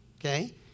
okay